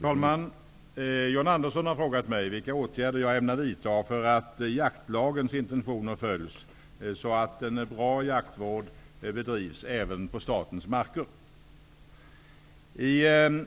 Herr talman! John Andersson har frågat mig vilka åtgärder jag ämnar vidta för att jaktlagens intentioner följs så att en bra jaktvård bedrivs även på statens marker. I